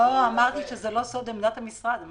אמרתי שעמדת המשרד היא לא סוד.